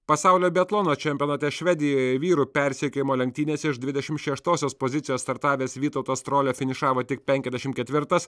pasaulio biatlono čempionate švedijoje vyrų persekiojimo lenktynėse iš dvidešim šeštosios pozicijos startavęs vytautas strolia finišavo tik penkiasdešim ketvirtas